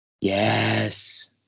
Yes